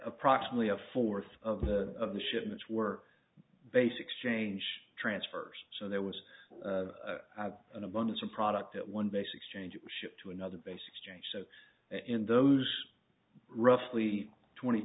approximately a fourth of the of the shipments were basics change transfers so there was an abundance of product at one base exchange ship to another base exchange so in those roughly twenty